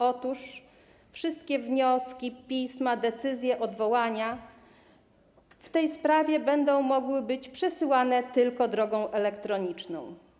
Otóż wszystkie wnioski, pisma, decyzje, odwołania w tej sprawie będą mogły być przesyłane tylko drogą elektroniczną.